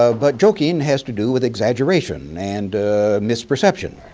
ah but joking has to do with exaggeration and misperception.